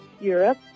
Europe